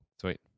Sweet